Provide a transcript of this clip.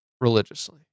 religiously